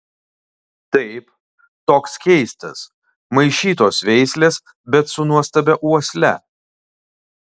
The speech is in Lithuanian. taip toks keistas maišytos veislės bet su nuostabia uosle